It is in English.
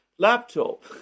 Laptop